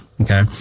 Okay